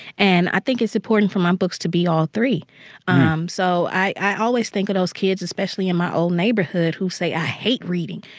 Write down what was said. and i think it's important for my books to be all three um so i i always think of those kids, especially in my old neighborhood, who say, i hate reading.